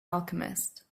alchemist